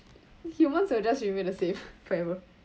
humans will just remain the same forever